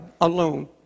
alone